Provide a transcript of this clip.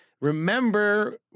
Remember